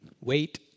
Wait